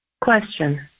Question